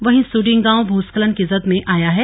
वहीं सडिंग गांव भूस्खलन की जद में आया गया है